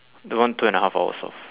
they want two and a half hours of